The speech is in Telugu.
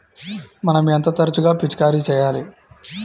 మనం ఎంత తరచుగా పిచికారీ చేయాలి?